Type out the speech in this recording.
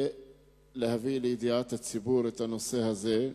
להביא לידיעת הציבור את הנושא הזה,